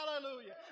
Hallelujah